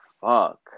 fuck